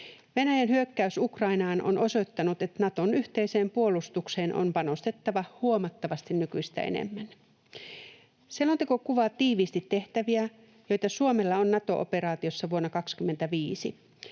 Venäjän hyökkäys Ukrainaan on osoittanut, että Naton yhteiseen puolustukseen on panostettava huomattavasti nykyistä enemmän. Selonteko kuvaa tiivisti tehtäviä, joita Suomella on Nato-operaatioissa vuonna 25.